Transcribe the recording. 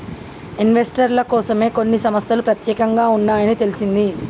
ఇన్వెస్టర్ల కోసమే కొన్ని సంస్తలు పెత్యేకంగా ఉన్నాయని తెలిసింది